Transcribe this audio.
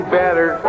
better